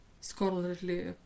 scholarly